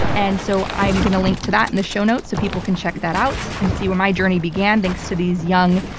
and so i'm going to link to that in the show notes, so people can check that out and see where my journey began thanks to these young,